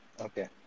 Okay